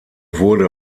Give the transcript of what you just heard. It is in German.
wurde